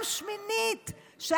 שנייה אתה יכול להבין ; פעם שמינית,